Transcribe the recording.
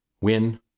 win